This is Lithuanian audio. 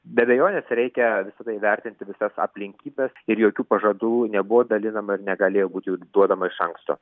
be abejonės reikia visada įvertinti visas aplinkybes ir jokių pažadų nebuvo dalinama ir negalėjo būt jų duodama iš anksto